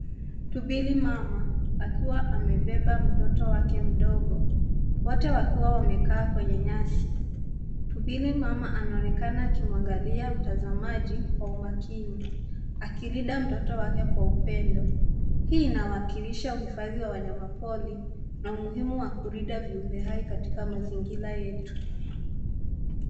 Tumbili mama akiwa amebeba mtoto wake mdogo, wote wakiwa wamekaa kwenye nyasi. Tumbili mama anaonekana akimwangalia mtazamaji kwa umakini akilinda mtoto wake kwa upendo. Hii inawakilisha uhifadhi wa wanyamapori na umuhimu wa kulinda viumbe hai katika mazingira yetu.